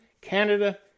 Canada